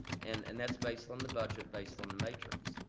and and that's based on the budget, based on the matrix.